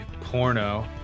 porno